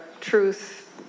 truth